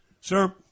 sir